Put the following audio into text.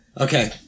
Okay